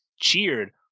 cheered